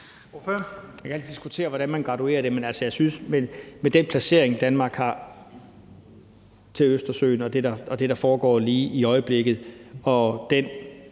Man kan altid diskutere, hvordan man graduerer det, men jeg synes altså, at med den placering, Danmark har i forhold til Østersøen, og det, der foregår lige i øjeblikket med den,